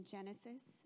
Genesis